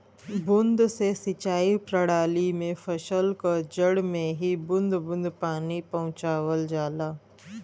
बूंद से सिंचाई प्रणाली में फसल क जड़ में ही बूंद बूंद पानी पहुंचावल जाला